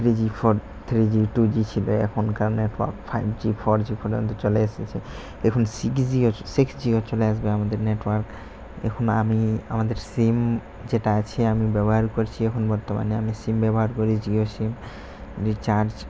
three G four three G two G ছিলো এখনকার network five G four G ফলে পর্যন্ত চলে এসেছে এখন সিক্স জিও সিক্স জিও চলে আসবে আমাদের নেটওয়ার্ক এখন আমি আমাদের সিম যেটা আছে আমি ব্যবহার করছি এখন বর্তমানে আমি সিম ব্যবহার করি জিও সিম রিচার্জ